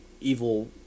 evil